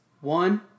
One